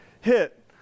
hit